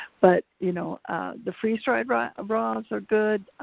but you know the freeze-dried raws ah raws are good.